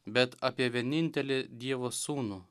bet apie vienintelį dievo sūnų